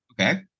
Okay